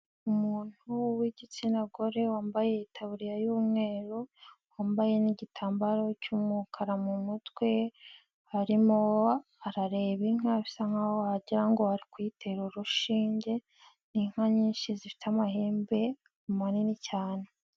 Umuntu w'igitsina gore wambaye itaburiya y'umweru, wambaye n'igitambaro cy'umukara mu mutwe, arimo arareba inka bisa nk'aho wagira ngo ari kuyitera urushinge, inka nyinshi zifite amahembe manini cyane.